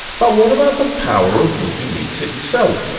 but what about the power of wikleaks itself?